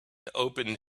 opened